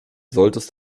solltest